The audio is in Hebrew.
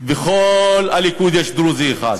בכל הליכוד יש דרוזי אחד.